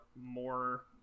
more